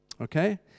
Okay